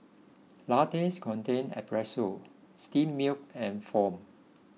lattes contain espresso steamed milk and foam